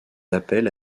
appels